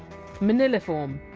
moniliform,